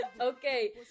okay